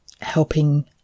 helping